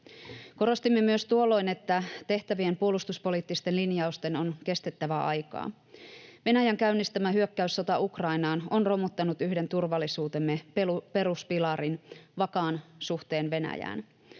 Korostimme myös tuolloin, että tehtävien puolustuspoliittisten linjausten on kestettävä aikaa. Venäjän käynnistämä hyökkäyssota Ukrainaan on romuttanut yhden turvallisuutemme peruspilarin, vakaan suhteen Venäjään.